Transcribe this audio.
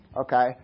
Okay